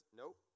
nope